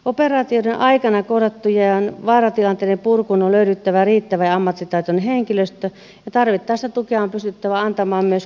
operaatioiden aikana kohdattujen vaaratilanteiden purkuun on löydyttävä riittävä ja ammattitaitoinen henkilöstö ja tarvittaessa tukea on pystyttävä antamaan myös kotimaasta käsin